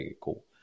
Cool